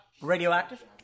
radioactive